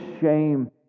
shame